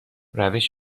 روش